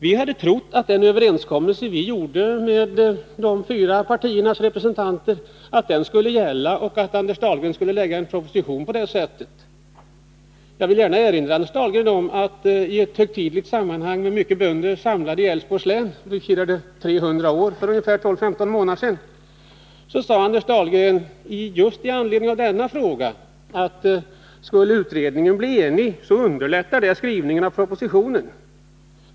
Vi trodde att den överenskommelse vi gjorde med de fyra partiernas representanter skulle gälla, och att Anders Dahlgren skulle skriva en proposition i enlighet med den. Jag vill gärna erinra Anders Dahlgren om att i ett mycket högtidligt sammanhang, med många bönder samlade i Älvsborgs län som firade 300 år för 12-15 månader sedan, sade Anders Dahlgren i anledning av denna fråga, att skulle utredningen bli enig, underlättar det skrivning av propositionen.